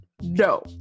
No